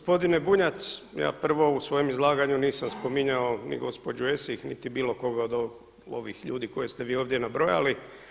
Pa gospodine Bunjac, ja prvo u svojem izlaganju nisam spominjao ni gospođu Esih, niti bilo koga od ovih ljudi koje ste vi ovdje nabrojali.